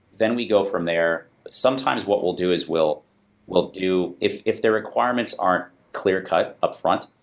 then we go from there. sometimes what we'll do is we'll we'll do if if their requirements aren't clear-cut upfront,